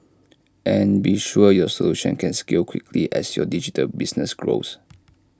and be sure your solution can scale quickly as your digital business grows